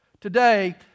Today